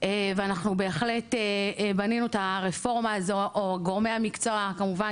ואנחנו בהחלט בנינו את הרפורמה הזו או גורמי המקצוע כמובן